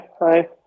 Hi